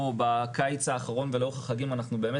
בקיץ האחרון ולאורך החגים אנחנו באמת